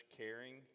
caring